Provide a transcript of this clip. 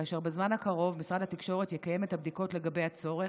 כאשר בזמן הקרוב משרד התקשורת יקיים את הבדיקות לגבי הצורך,